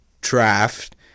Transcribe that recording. draft